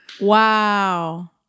Wow